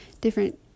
different